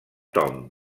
tom